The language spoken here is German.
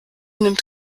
nimmt